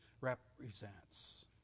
represents